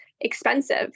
expensive